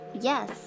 Yes